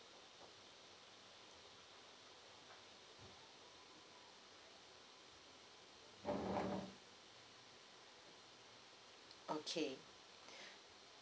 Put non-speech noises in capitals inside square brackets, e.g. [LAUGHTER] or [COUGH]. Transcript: okay [BREATH]